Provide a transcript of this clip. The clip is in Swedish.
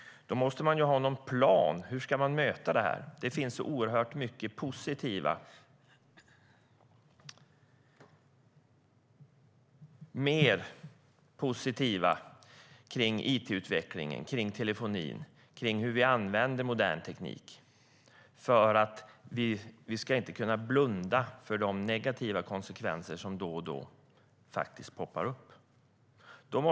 Då måste hon ha någon plan: Hur ska man möta detta? Det finns så oerhört mycket mer positivt kring it-utvecklingen, kring telefoni och kring hur vi använder modern teknik, men vi ska inte blunda för de negativa konsekvenser som då och då poppar upp.